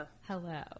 Hello